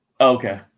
Okay